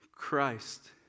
Christ